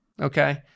Okay